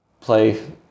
play